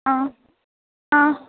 हा हा